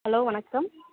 hello வணக்கம்